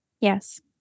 Yes